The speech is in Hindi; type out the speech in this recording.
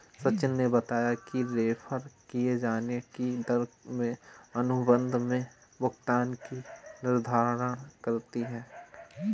सचिन ने बताया कि रेफेर किये जाने की दर में अनुबंध में भुगतान का निर्धारण करती है